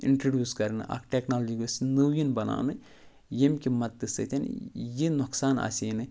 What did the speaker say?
introduce کرنہٕ اَکھ technology گٔژھ نٔو یِن بناونہٕ ییٚمہِ کہِ مدتہٕ سۭتۍ یہِ نۄقصان آسہِ ہے نہٕ